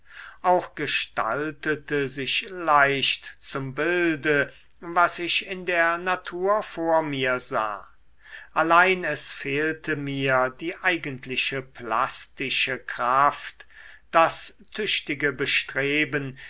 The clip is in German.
auch gestaltete sich leicht zum bilde was ich in der natur vor mir sah allein es fehlte mir die eigentliche plastische kraft das tüchtige bestreben